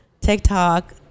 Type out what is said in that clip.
TikTok